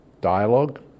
dialogue